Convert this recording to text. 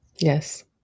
Yes